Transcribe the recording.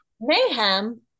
Mayhem